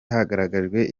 hagaragajwe